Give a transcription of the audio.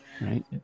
Right